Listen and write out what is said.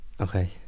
Okay